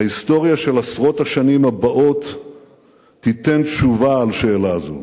ההיסטוריה של עשרות השנים הבאות תיתן תשובה על שאלה זו.